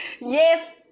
Yes